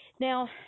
Now